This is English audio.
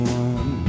one